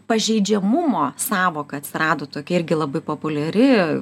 pažeidžiamumo sąvoka atsirado tokia irgi labai populiari